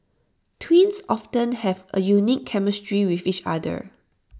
twins often have A unique chemistry with each other